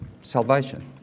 salvation